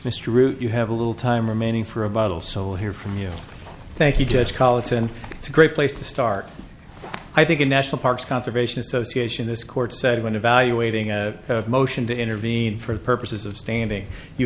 root you have a little time remaining for a vital so hear from you thank you judge politan it's a great place to start i think in national parks conservation association this court said when evaluating a motion to intervene for the purposes of standing you